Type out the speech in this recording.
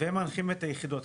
והם מנחים את היחידות.